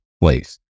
place